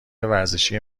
ورزشی